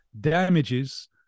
damages